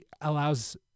allows